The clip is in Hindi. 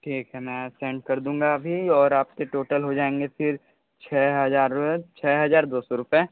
ठीक है मैं सेंड कर दूंगा अभी और आपके टोटल हो जाएंगे फिर छः हज़ार छः हज़ार दो सौ रुपये